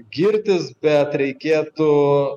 girtis bet reikėtų